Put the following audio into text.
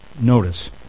Notice